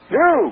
no